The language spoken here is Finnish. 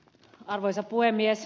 arvoisa puhemies